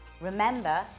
Remember